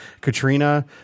Katrina